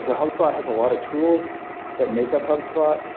ah hubspot has a lot of tools that make up hubspot.